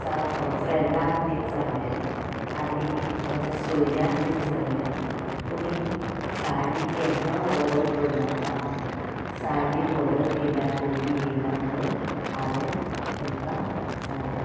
सां फ्रेंडांक बीन सांगलें आनी म्हाज्या सोयऱ्यांक बीन सांगलें तुमी साडी केन्ना वॉर्डर करनाका म्हूण साडी वॉर्डर केल्यार बरी येयना म्हूण हांवेन तेंमकां सांगलें